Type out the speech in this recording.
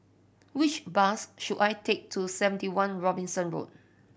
which bus should I take to Seventy One Robinson Road